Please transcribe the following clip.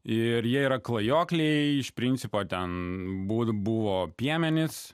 ir jie yra klajokliai iš principo ten būti buvo piemenys